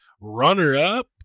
runner-up